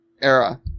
era